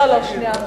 לא, שנייה.